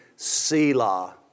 Selah